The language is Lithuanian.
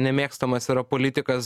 nemėgstamas yra politikas